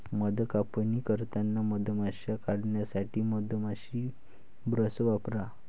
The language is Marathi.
मध कापणी करताना मधमाश्या काढण्यासाठी मधमाशी ब्रश वापरा